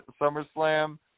SummerSlam